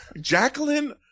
Jacqueline